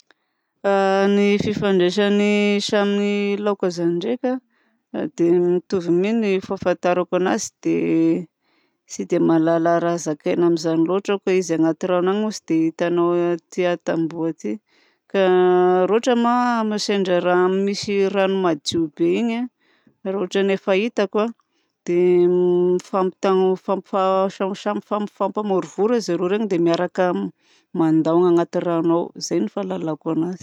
Ny fifandraisan'ny samy laoka zany ndraika dia mitovy mi ny fahafantarako anazy tsy dia mahalala raha zakaina amin'izany loatra aho fa izy anaty rano any moa tsy dia hitanao aty atamboho aty. Ka raha ohatra moa raha sendra misy rano madio be iny raha ohatra ny efa hitako a dia mifampitaogno mifampi- samy mifampamorivory zareo reny dia mandaogna anaty rano ao. Izay no fahalalako anazy.